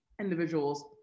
individuals